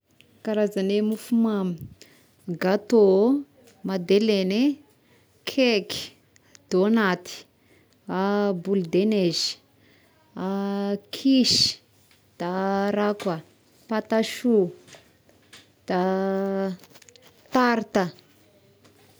Karazagne mofomamy: gatô ôh, madelegny eh, cake, dônaty, boule de neige ih, kisy, da raha koa pataso, da tarta.